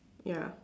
ya